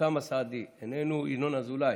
אוסאמה סעדי, איננו, ינון אזולאי,